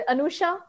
Anusha